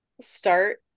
start